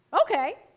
Okay